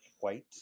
white